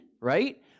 right